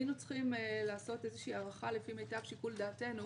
היינו צריכים לעשות איזושהי הערכה לפי מיטב שיקול דעתנו